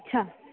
अच्छा